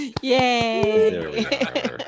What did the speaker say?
Yay